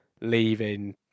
leaving